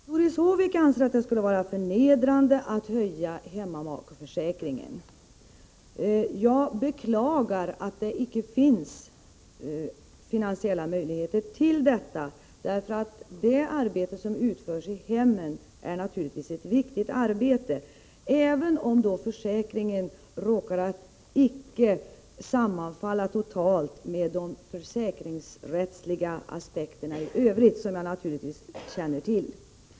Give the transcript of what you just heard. Herr talman! Doris Håvik anser att det skulle vara förnedrande med en höjning av hemmamakeförsäkringen. Jag beklagar att det icke finns finansiella möjligheter att göra en sådan höjning. Det arbete som utförs i hemmen är naturligtvis ett viktigt arbete — även om det råkar vara så att försäkringen icke totalt sammanfaller med de försäkringsrättsliga aspekterna i övrigt, vilket jag naturligtvis känner till.